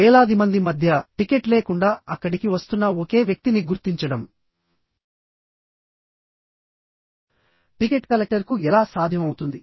వేలాది మంది మధ్య టికెట్ లేకుండా అక్కడికి వస్తున్న ఒకే వ్యక్తిని గుర్తించడం టికెట్ కలెక్టర్కు ఎలా సాధ్యమవుతుంది